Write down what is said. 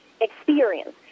experience